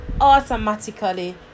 automatically